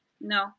No